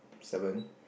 seven